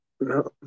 No